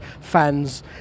fans